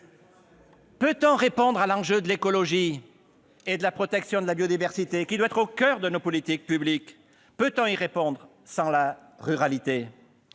ruralité, à l'enjeu de l'écologie et de la protection de la biodiversité, qui doit être au coeur de nos politiques publiques ? Peut-on répondre, sans l'agriculteur